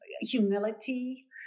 humility